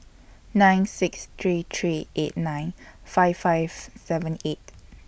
nine six three three eight nine five five seven eight